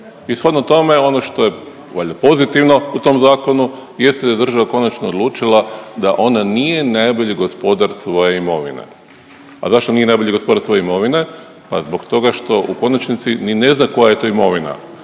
shodno tome ono što je valjda pozitivno u tom zakonu jeste da je država konačno odlučila, da ona nije najbolji gospodar svoje imovine. A zašto nije najbolji gospodar svoje imovine? Pa zbog toga što u konačnici ni ne zna koja je to imovina,